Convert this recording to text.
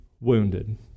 wounded